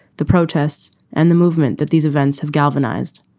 the protests and the movement that these events have galvanized.